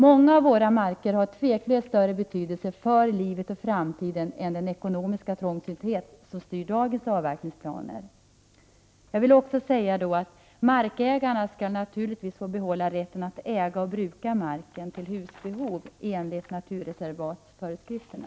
Många av våra marker har otvivelaktigt större betydelse för livet och framtiden än den ekonomiska trångsynthet som styr dagens avverkningsplaner. Markägarna skall naturligtvis få behålla rätten att äga och bruka marken till husbehov enligt naturreservatsföreskrifterna.